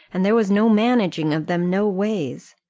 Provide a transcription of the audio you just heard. and there was no managing of them no ways.